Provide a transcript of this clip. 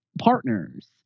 partners